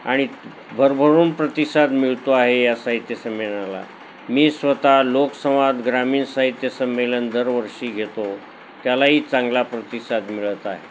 आणि भरभरून प्रतिसाद मिळतो आहे या साहित्य संमेलनाला मी स्वतः लोकसंवाद ग्रामीण साहित्यसंमेलन दरवर्षी घेतो त्यालाही चांगला प्रतिसाद मिळत आहे